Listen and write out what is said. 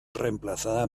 reemplazada